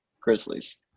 Grizzlies